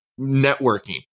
networking